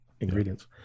ingredients